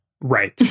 Right